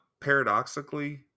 paradoxically